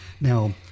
Now